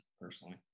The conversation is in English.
personally